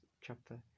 chapter